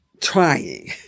trying